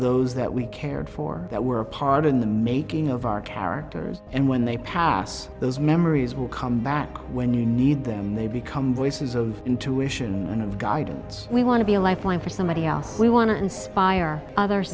those that we cared for that were a part in the making of our characters and when they pass those memories will come back when you need them they become voices of intuition and of guidance we want to be a lifeline for somebody else we want to inspire others